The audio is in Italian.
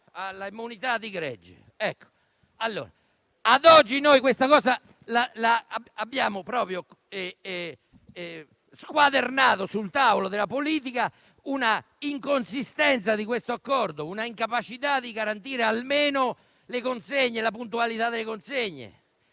alla immunità di gregge. Ad oggi, abbiamo proprio squadernato sul tavolo della politica l'inconsistenza di questo accordo, l'incapacità di garantire almeno le consegne e la puntualità delle consegne.